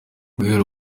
guhera